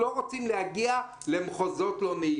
אנחנו לא רוצים להגיע למחוזות לא נעימים".